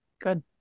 Good